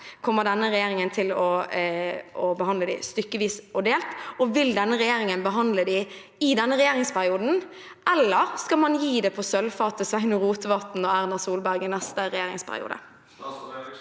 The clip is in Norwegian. Kommer denne regjeringen til å behandle dem stykkevis og delt? Og vil denne regjeringen behandle dem i denne regjeringsperioden, eller skal man gi det på sølvfat til Sveinung Rotevatn og Erna Solberg i neste regjeringsperiode?